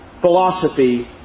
philosophy